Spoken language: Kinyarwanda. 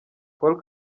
paul